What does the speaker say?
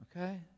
okay